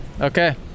okay